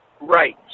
Right